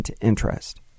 interest